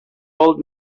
old